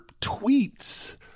tweets